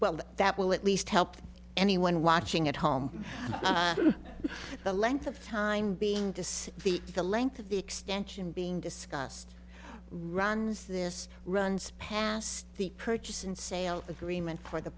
well that will at least help anyone watching at home the length of time being to see the the length of the extension being discussed runs this runs past the purchase and sale agreement for the